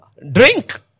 Drink